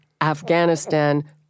Afghanistan